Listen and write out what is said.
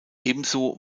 ebenso